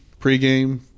pregame